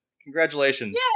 congratulations